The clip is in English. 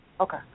Okay